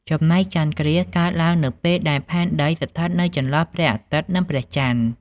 ចំណែកចន្ទគ្រាសកើតឡើងនៅពេលដែល ផែនដីស្ថិតនៅចន្លោះព្រះអាទិត្យ និងព្រះចន្ទ ។